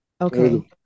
Okay